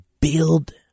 build